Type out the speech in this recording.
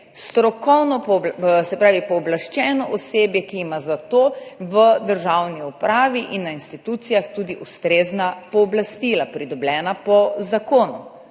se pravi pooblaščeno osebje, ki ima za to v državni upravi in na institucijah tudi ustrezna pooblastila, pridobljena po zakonu.